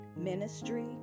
Ministry